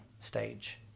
stage